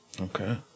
okay